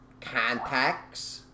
contacts